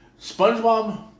SpongeBob